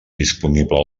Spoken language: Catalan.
disponible